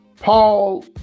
Paul